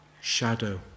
shadow